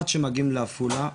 עד שמגיעים לעפולה,